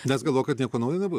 nes galvoja kad nieko naujo nebus